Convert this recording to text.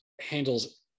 handles